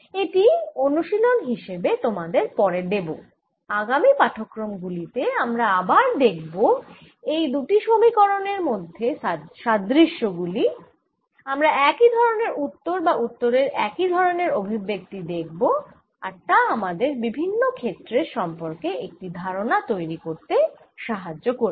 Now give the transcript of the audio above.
এটি অনুশীলন হিসেবে তোমাদের পরে দেব আগামি পাঠক্রম গুলি তে আমরা আবার দেখব এই দুটি সমীকরণের মধ্যে সাদৃশ্য গুলি আমরা একই ধরনের উত্তর বা উত্তরে একই ধরনের অভিব্যক্তি দেখব আর তা আমাদের বিভিন্ন ক্ষেত্রের সম্পর্কে একটি ধারণা তৈরি করতে সাহায্য করবে